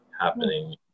happening